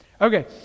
Okay